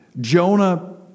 Jonah